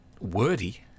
wordy